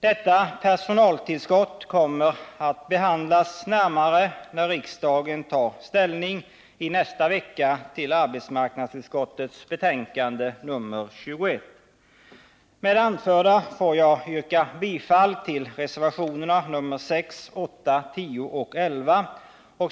Detta personaltillskott kommer att behandlas närmare när riksdagen tar ställning till arbetsmarknadsutskottets betänkande nr 21. Med det anförda får jag yrka bifall till reservationerna nr 6, 8, 10 och 11.